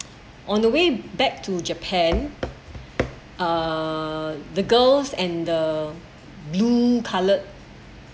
on the way back to japan uh the girls and the blue coloured